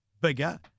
bigger